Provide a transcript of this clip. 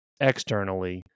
externally